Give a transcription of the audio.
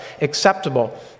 acceptable